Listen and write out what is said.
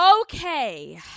Okay